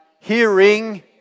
hearing